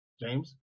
James